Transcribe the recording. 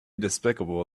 despicable